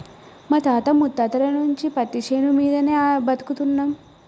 మా తాత ముత్తాతల నుంచి పత్తిశేను మీదనే బతుకుతున్నం